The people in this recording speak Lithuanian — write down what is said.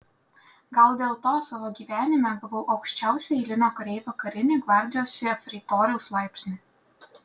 gal dėl to savo gyvenime gavau aukščiausią eilinio kareivio karinį gvardijos jefreitoriaus laipsnį